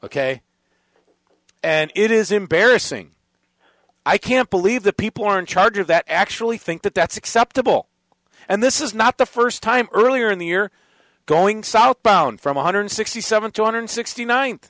ok and it is embarrassing i can't believe the people are in charge of that actually think that that's acceptable and this is not the first time earlier in the year going southbound from one hundred sixty seven two hundred sixty ninth